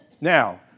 Now